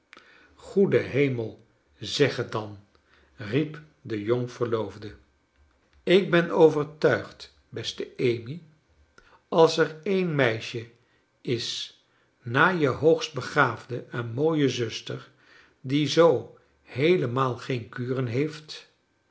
goede heme zeg het dan riep de jongverloofde kleine dorrit ik ben overtuigd beste amy als er een meisje is na je hoogst begaafde en mooie zuster die zoo heelemaal geen kuren heeft